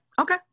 okay